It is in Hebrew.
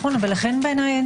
לכן אין,